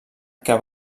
que